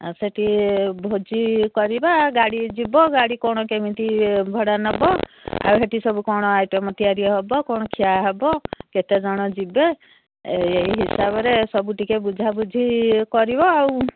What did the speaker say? ଆଉ ସେଠି ଭୋଜି କରିବା ଗାଡ଼ି ଯିବ ଗାଡ଼ି କ'ଣ କେମିତି ଭଡ଼ା ନବ ଆଉ ସେଠି ସବୁ କ'ଣ ଆଇଟମ ତିଆରି ହବ କ'ଣ ଖିଆ ହବ କେତେଜଣ ଯିବେ ଏଇ ହିସାବରେ ସବୁ ଟିକେ ବୁଝାବୁଝି କରିବ ଆଉ